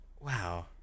Wow